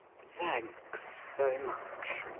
thanks, very much.